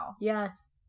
Yes